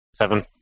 Seven